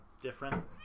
different